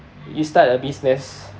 you start a business